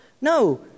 No